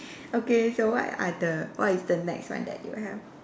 okay so what are the what is the next one that you have